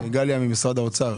גליה ממשרד האוצר